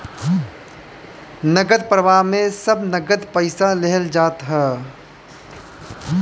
नगद प्रवाह में सब नगद पईसा लेहल जात हअ